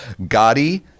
Gotti